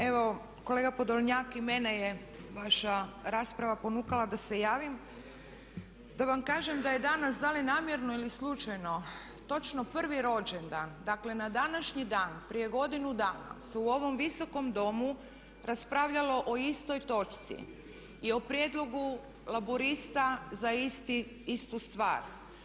Evo kolega Podolnjak, i mene je vaša rasprava ponukala da se javim, da vam kažem da je danas da li namjerno ili slučajno točno prvi rođendan, dakle na današnji dan prije godinu dana su u ovom visokom domu raspravljalo o istoj točci i o prijedlogu Laburista za istu stvar.